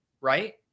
right